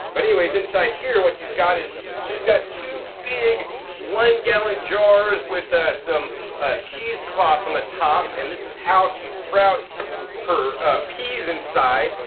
but anyways, inside here what she's got is she's got two big one gallon jars with ah some cheesecloth on the top. and this is how she sprouts her peas inside.